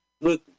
Look